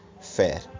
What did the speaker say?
fair